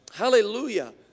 Hallelujah